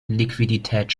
liquidität